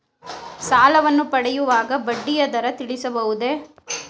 ಸಾಲವನ್ನು ಪಡೆಯುವಾಗ ಬಡ್ಡಿಯ ದರ ತಿಳಿಸಬಹುದೇ?